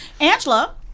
Angela